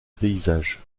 paysages